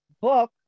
book